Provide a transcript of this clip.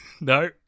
no